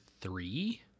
three